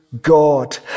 God